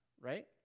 right